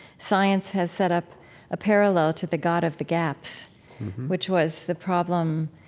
science has set up a parallel to the god of the gaps which was the problem,